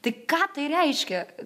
tai ką tai reiškia